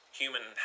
human